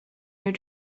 your